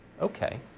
Okay